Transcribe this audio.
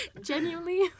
genuinely